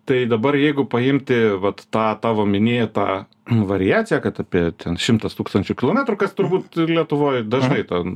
tai dabar jeigu paimti vat tą tavo minėtą variaciją kad apie šimtas tūkstančių kilometrų kas turbūt lietuvoj dažnai ta